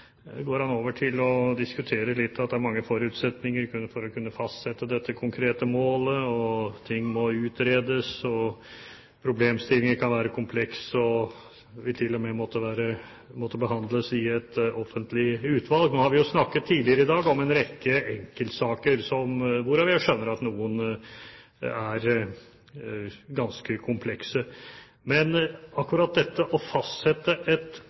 går han over til å diskutere litt at det er mange forutsetninger for å kunne fastsette dette konkrete målet, ting må utredes og problemstillinger kan være komplekse og vil til og med måtte behandles i et offentlig utvalg. Nå har vi tidligere i dag snakket om en rekke enkeltsaker, hvorav jeg skjønner at noen er ganske komplekse. Men akkurat dette å fastsette et